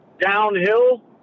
downhill